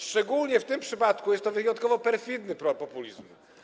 Szczególnie w tym przypadku jest to wyjątkowo perfidny populizm.